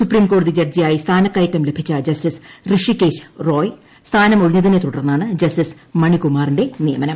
supreme കോടതി ജഡ്ജിയ്യായി സ്ഥാനക്കയറ്റം ലഭിച്ച ജസ്റ്റിസ് ഋഷികേശ് റോയി സ്ഥാനമൊഴിഞ്ഞതിന്റെ തുടർന്നാണ് ജസ്റ്റിസ് മണികുമാറിന്റെ നിയമനം